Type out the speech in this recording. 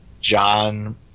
John